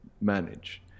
manage